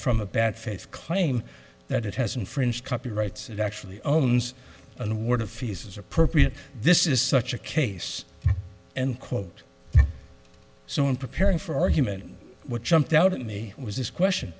from a bad faith claim that it has infringed copyrights and actually owns an award of fees is appropriate this is such a case and quote so in preparing for argument what jumped out at me was this question